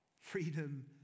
freedom